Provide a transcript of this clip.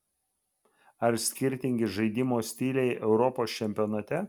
ar skirtingi žaidimo stiliai europos čempionate